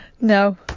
No